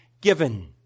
given